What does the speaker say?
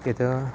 यत्